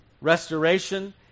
restoration